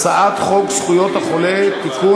הצעת חוק זכויות החולה (תיקון,